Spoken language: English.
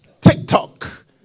TikTok